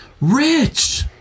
Rich